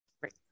great